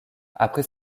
après